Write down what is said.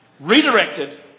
redirected